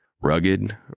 Rugged